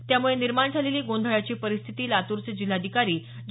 त्यामुळे निर्माण झालेली गोंधळाची परिस्थिती लातूरचे जिल्हाधिकारी जी